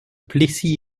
plessis